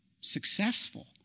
successful